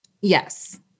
Yes